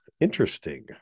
interesting